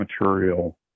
material